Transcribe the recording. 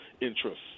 interests